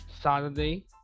Saturday